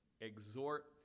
exhort